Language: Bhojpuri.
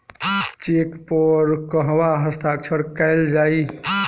चेक पर कहवा हस्ताक्षर कैल जाइ?